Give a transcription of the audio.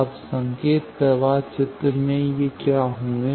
अब संकेत प्रवाह चित्र में ये क्या होंगे